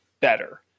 better